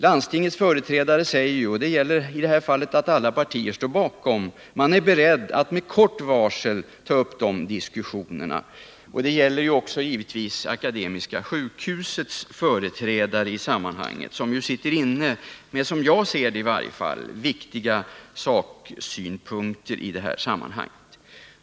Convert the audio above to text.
Landstingets företrädare säger ju— och det står alla partier bakom — att man är beredd att med kort varsel ta upp dessa diskussioner. Dessa diskussioner gäller naturligtvis också Akademiska sjukhusets företrädare som, i varje fall som jag ser det, sitter inne med viktiga saksynpunkter i detta sammanhang.